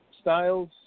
Styles